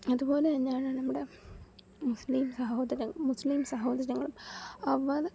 അതുപോലെ തന്നെയാണ് നമ്മുടെ മുസ്ലിം സഹോദര മുസ്ലിം സഹോദരങ്ങളും അവർ